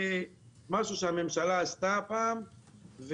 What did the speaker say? זה משהו שהממשלה עשתה פעם,